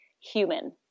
human